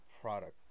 product